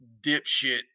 dipshit